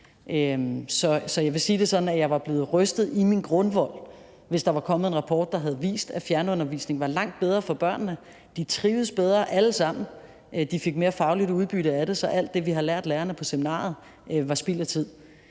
Så jeg vil sige det sådan, at jeg var blevet rystet i min grundvold, hvis der var kommet en rapport, der havde vist, at fjernundervisning var langt bedre for børnene; at de trivedes bedre alle sammen, at de fik mere fagligt udbytte af det, så alt det, vi har lært lærerne på seminariet, var spild af tid.